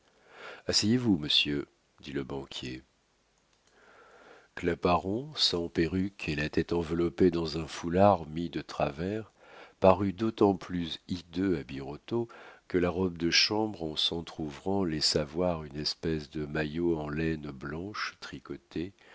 asseyez-vous monsieur dit le banquier claparon sans perruque et la tête enveloppée dans un foulard mis de travers parut d'autant plus hideux à birotteau que la robe de chambre en s'entr'ouvrant laissa voir une espèce de maillot en laine blanche tricotée